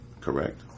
Correct